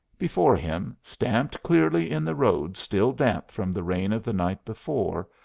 before him, stamped clearly in the road still damp from the rain of the night before,